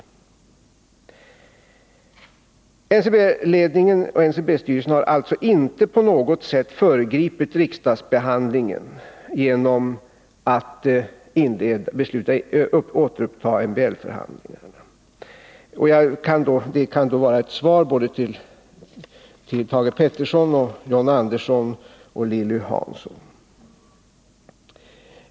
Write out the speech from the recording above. NCB-ledningen och NCB-styrelsen har alltså inte på något vis föregripit riksdagsbehandlingen genom att återuppta MBL-förhandlingarna. Det kan vara ett svar till såväl Thage Peterson som John Andersson och Lilly 117 Hansson.